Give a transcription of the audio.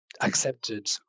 accepted